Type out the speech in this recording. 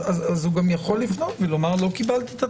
אז הוא גם יכול לפנות ולומר שהוא לא קיבל את התיעוד.